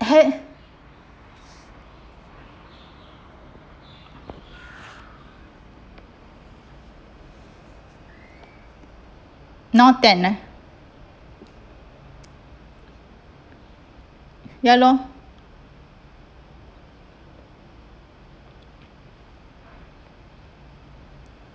have now ten ah ya lor